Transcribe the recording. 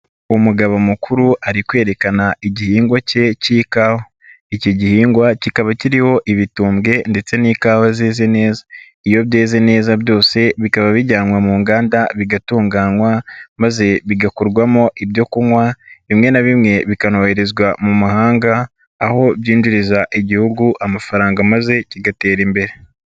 Umugabo mukuru ari kwerekana igihingwa cye cy'ikawa, iki gihingwa kikaba kiriho ibitumbwe ndetse n'ikawa zeze neza, iyo byeze neza byose, bikaba bijyanwa mu nganda, bigatunganywa maze bigakorwamo ibyo kunywa, bimwe na bimwe bikanoherezwa mu mahanga, aho byinjiriza igihugu amafaranga maze kigatera imbere.